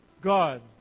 God